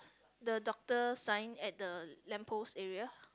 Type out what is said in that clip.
the doctor sign at the lamp post area